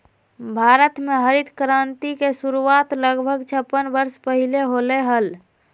भारत में हरित क्रांति के शुरुआत लगभग छप्पन वर्ष पहीले होलय हल